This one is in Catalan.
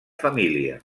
família